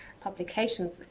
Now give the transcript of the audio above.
publications